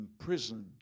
imprisoned